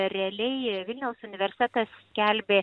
realiai vilniaus universitetas skelbė